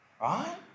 right